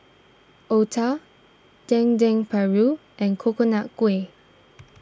Otah Dendeng Paru and Coconut Kuih